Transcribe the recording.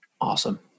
Awesome